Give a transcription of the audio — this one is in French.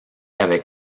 avec